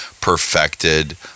perfected